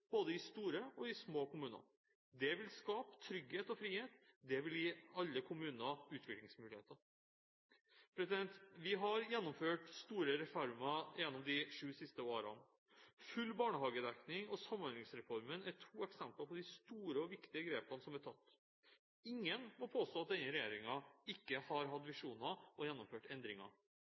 både store og små kommuner. Det vil skape trygghet og frihet, og det vil gi alle kommuner utviklingsmuligheter. Vi har gjennomført store reformer i løpet av de siste sju årene. Full barnehagedekning og Samhandlingsreformen er to eksempler på de store og viktige grepene som er tatt. Ingen må påstå at denne regjeringen ikke har hatt visjoner og gjennomført endringer.